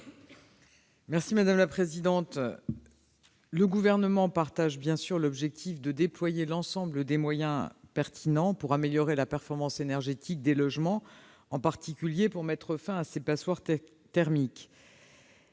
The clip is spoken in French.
l'avis du Gouvernement ? Le Gouvernement partage bien sûr l'objectif de déployer l'ensemble des moyens pertinents pour améliorer la performance énergétique des logements, en particulier pour mettre fin aux passoires thermiques.